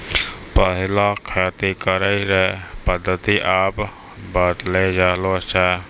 पैहिला खेती करै रो पद्धति आब बदली रहलो छै